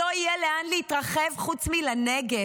למדינה לא יהיה לאן להתרחב חוץ מלנגב,